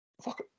Fuck